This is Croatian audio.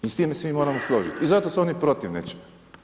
I s time se mi moramo složiti i zato su oni protiv nečega.